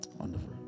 Wonderful